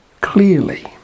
clearly